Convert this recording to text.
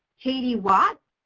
katie watts,